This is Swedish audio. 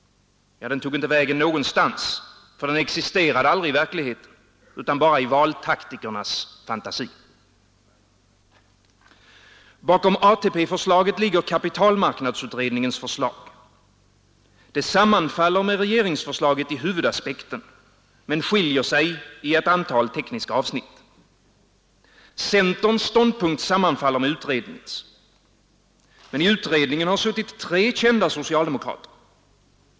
Ja, den tog inte vägen någonstans, för den existerade aldrig i verkligheten utan bara i valtaktikernas fantasi. Bakom ATP-förslaget ligger kapitalmarknadsutredningens förslag. Det sammanfaller med regeringsförslaget i huvudaspekten men skiljer sig i ett antal tekniska avsnitt. Centerns ståndpunkt sammanfaller med utredningens. I utredningen har suttit tre kända socialdemokrater.